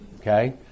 okay